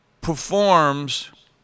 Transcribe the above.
performs